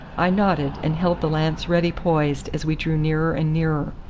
i nodded, and held the lance ready poised as we drew nearer and nearer,